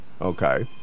Okay